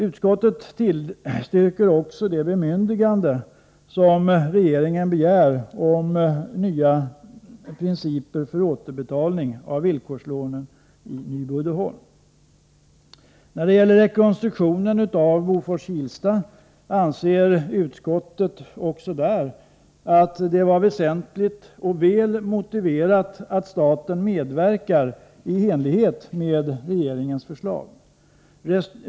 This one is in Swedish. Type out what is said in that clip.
Utskottet tillstyrker också det bemyndigande som regeringen begär om nya principer för återbetalning av villkorslånet i Nyby-Uddeholm. Också när det gäller rekonstruktionen av Bofors-Kilsta anser utskottet att det är väsentligt och väl motiverat att staten medverkar i enlighet med regeringens förslag.